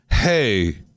hey